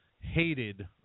hated